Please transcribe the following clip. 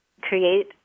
create